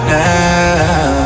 now